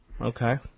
Okay